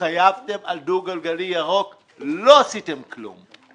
התחייבתם על דו גלגלי ירוק ולא עשיתם כלום.